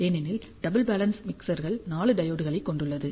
ஏனெனில் double balance மிக்சர்கள் 4 டையோட்களைக் கொண்டுள்ளது